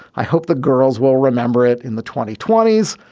i hope the girls will remember it in the twenty twenty s,